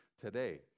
today